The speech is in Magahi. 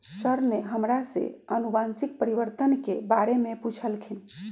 सर ने हमरा से अनुवंशिक परिवर्तन के बारे में पूछल खिन